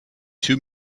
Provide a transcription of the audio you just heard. two